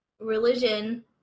religion